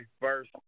first